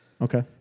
Okay